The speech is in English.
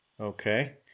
Okay